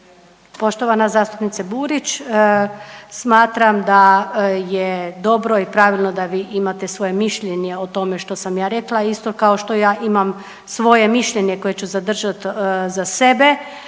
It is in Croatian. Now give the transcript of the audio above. Poštovana zastupnice Burić, smatram da je dobro i pravilno da vi imate svoje mišljenje o tome što sam ja rekla, isto kao što ja imam svoje mišljenje koje ću zadržati za sebe